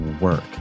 work